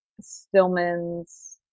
Stillman's